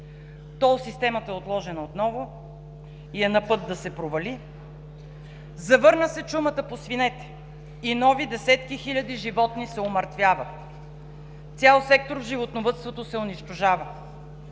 Тол системата е отложена отново и е на път да се провали. Завърна се чумата по свинете и нови десетки хиляди животни са умъртвяват. Цял сектор в животновъдството се унищожава.